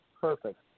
perfect